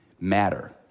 matter